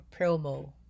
promo